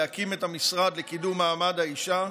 להקים את המשרד לקידום מעמד האישה,